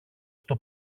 στο